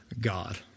God